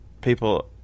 people